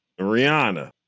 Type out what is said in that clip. Rihanna